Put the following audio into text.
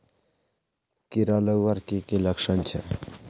कीड़ा लगवार की की लक्षण छे?